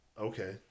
Okay